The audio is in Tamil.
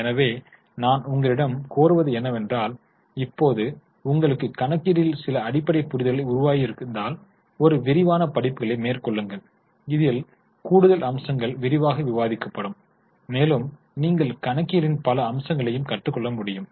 எனவே நான் உங்களிடம் கோருவது என்னவென்றால் இப்போது உங்களுக்கு கணக்கியலில் சில அடிப்படை புரிதல்கள் உருவாக்கியிருந்தால் ஒரு விரிவான கணக்கியல் புத்தகம் அல்லது கணக்கியலில் வேறு சில வலைப் படிப்புகளை மேற்கொள்ளுங்கள் இதில் கூடுதல் அம்சங்கள் விரிவாக விவாதிக்கப்படும் மேலும் நீங்கள் கணக்கியலின் பல அம்சங்களை கற்றுக்கொள்ள முடியும்